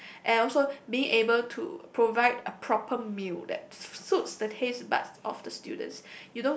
yes and also being able to provide a proper meal that s~ suits the taste but of the students